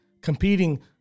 competing